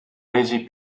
resi